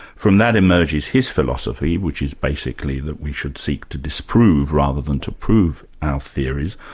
from that emerges his philosophy, which is basically that we should seek to disprove rather than to prove our theories.